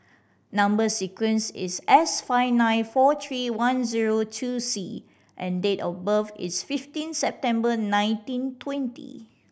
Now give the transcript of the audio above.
number sequence is S five nine four three one zero two C and date of birth is fifteen September nineteen twenty